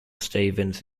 stevens